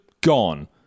gone